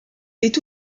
est